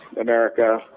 America